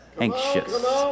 anxious